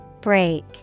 Break